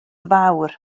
fawr